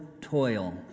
toil